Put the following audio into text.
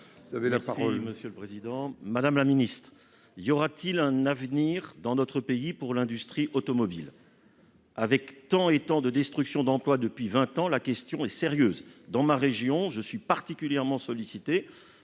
Territoires. Madame la ministre, y aura-t-il un avenir, dans notre pays, pour l'industrie automobile ? Avec autant de destructions d'emplois depuis vingt ans, la question est sérieuse. Dans ma région, je suis particulièrement sollicité